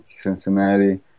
Cincinnati